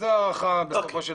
זו ההערכה, בסופו של דבר.